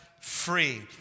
free